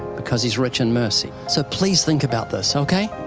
because he's rich in mercy. so, please think about this, okay?